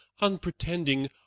unpretending